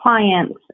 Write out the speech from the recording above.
clients